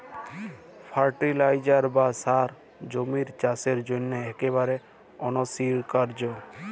fertiliser বা সার জমির চাসের জন্হে একেবারে অনসীকার্য